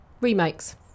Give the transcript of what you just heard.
Remakes